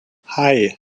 hei